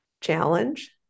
challenge